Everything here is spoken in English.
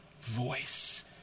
voice